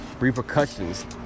repercussions